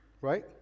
right